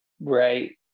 right